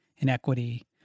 inequity